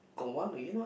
got one maybe not